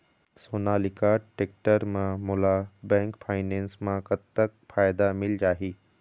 Sonalika tractor म मोला bank finance म कतक फायदा मिल जाही?